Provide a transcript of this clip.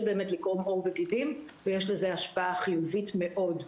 באמת לקרום עור וגידים ויש לזה השפעה חיובית מאוד.